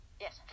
Yes